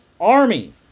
Army